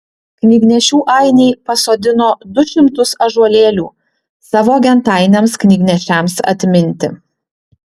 knygnešių ainiai pasodino du šimtus ąžuolėlių savo gentainiams knygnešiams atminti